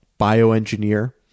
bioengineer